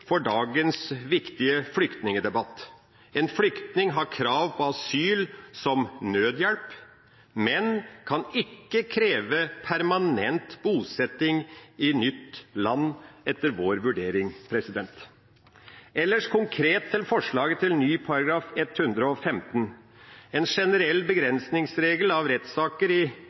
for dagens flyktningdebatt. En flyktning har krav på asyl som nødhjelp, men kan ikke kreve permanent bosetting i nytt land, etter vår vurdering. Ellers konkret til forslaget til ny § 115: En generell begrensningsregel av rettssaker i